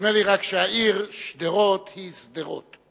נדמה לי רק שהעיר שדרות נקראת שׂדרות.